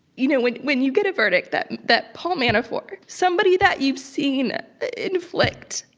you know when when you get a verdict that that paul manafort, somebody that you've seen inflict,